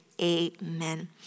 Amen